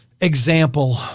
example